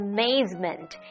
Amazement